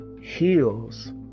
heals